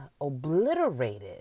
obliterated